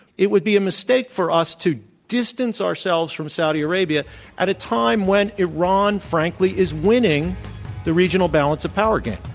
it would be a mistake for us to distance ourselves from saudi arabia at a time when iran, frankly, is winning the regional balance of power game.